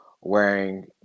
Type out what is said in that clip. wearing